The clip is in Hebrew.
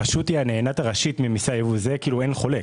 הרשות היא הנהנית הראשית ממיסי הייבוא, אין חולק.